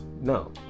No